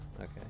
Okay